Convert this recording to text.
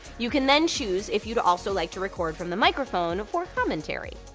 you can then choose if you'd also like to record from the microphone for commentary.